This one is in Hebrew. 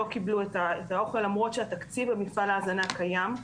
לא קיבלו את האוכל למרות שהתקציב למפעל ההזנה קיים.